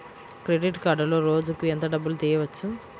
Credit కార్డులో రోజుకు ఎంత డబ్బులు తీయవచ్చు?